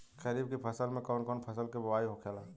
खरीफ की फसल में कौन कौन फसल के बोवाई होखेला?